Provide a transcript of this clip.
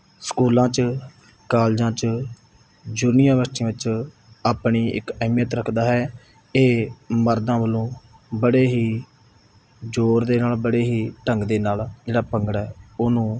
ਸਕੂਲਾਂ 'ਚ ਕਾਲਜਾਂ 'ਚ ਯੂਨੀਵਰਸਿਟੀਆਂ ਵਿੱਚ ਆਪਣੀ ਇੱਕ ਅਹਿਮੀਅਤ ਰੱਖਦਾ ਹੈ ਇਹ ਮਰਦਾਂ ਵੱਲੋਂ ਬੜੇ ਹੀ ਜੋਰ ਦੇ ਨਾਲ ਬੜੇ ਹੀ ਢੰਗ ਦੇ ਨਾਲ ਜਿਹੜਾ ਭੰਗੜਾ ਉਹਨੂੰ